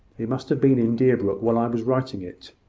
he must have been in deerbrook while i was writing it.